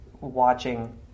watching